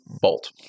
bolt